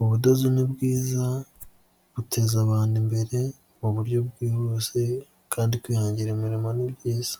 ubudodo ni bwiza buteza abantu imbere mu buryo bwihuse kandi kwihangira imirimo ni byiza.